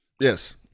yes